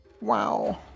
Wow